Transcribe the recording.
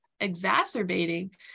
exacerbating